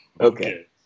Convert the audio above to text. okay